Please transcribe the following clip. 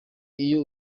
iyo